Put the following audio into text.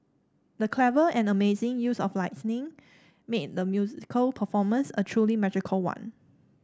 the clever and amazing use of lighting made the musical performance a truly magical one